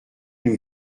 nous